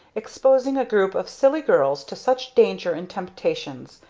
exposing a group of silly girls to such danger and temptations!